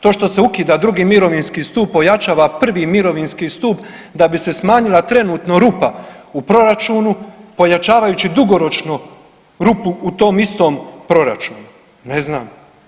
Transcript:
To što se ukida II. mirovinski stup, pojačava I. mirovinski stup da bi se smanjila trenutno rupa u proračunu pojačavajući dugoročno rupu u tom istom proračunu, ne znam.